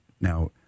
Now